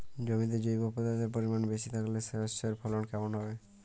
জমিতে জৈব পদার্থের পরিমাণ বেশি থাকলে শস্যর ফলন কেমন হবে?